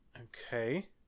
okay